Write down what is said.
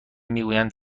میگویند